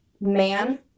man